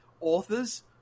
authors